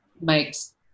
makes